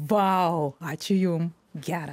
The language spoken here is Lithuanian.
va tau ačiū jum